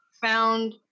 found